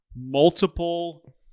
multiple